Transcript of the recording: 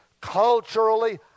culturally